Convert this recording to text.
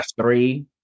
three